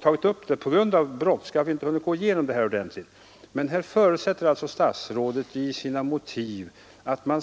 Statsrådet förutsätter i sina motiv att man